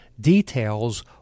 details